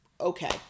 okay